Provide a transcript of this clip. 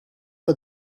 for